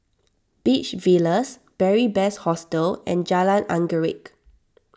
Beach Villas Beary Best Hostel and Jalan Anggerek